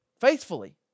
faithfully